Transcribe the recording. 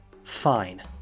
Fine